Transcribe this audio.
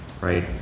Right